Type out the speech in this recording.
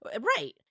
Right